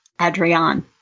Adrian